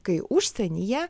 kai užsienyje